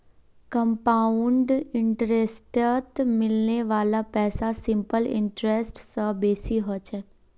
compound इंटरेस्टत मिलने वाला पैसा सिंपल इंटरेस्ट स बेसी ह छेक